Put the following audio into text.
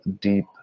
deep